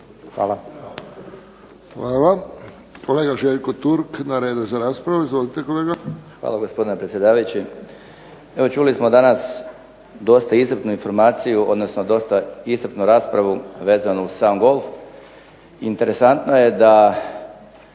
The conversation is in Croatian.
(HSS)** Hvala. Kolega Željko Turk na redu je za raspravu. Izvolite kolega. **Turk, Željko (HDZ)** Hvala gospodine predsjedavajući. Evo čuli smo danas dosta iscrpnu informaciju, odnosno dosta iscrpnu raspravu vezanu uz sam golf. Interesantno je da